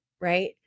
right